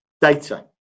data